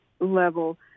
level